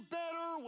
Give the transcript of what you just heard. better